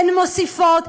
הן מוסיפות,